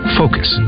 focus